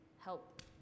help